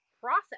process